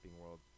world